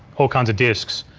all kinds of disks,